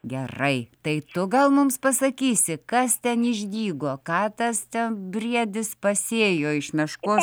gerai tai tu gal mums pasakysi kas ten išdygo ką tas ten briedis pasėjo iš meškos